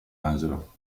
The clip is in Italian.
angelo